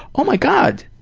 oh my god,